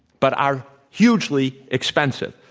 but are hugely expensive.